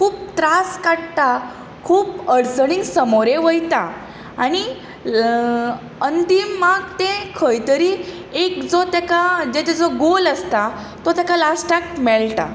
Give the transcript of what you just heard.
खूब त्रास काडटा खूब अडचणींक समोरे वयता आनी अंतीमाक तें खंयतरी एक जो ताका ताजो जो गोल आसता तो ताका लास्टाक मेळटा